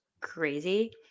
crazy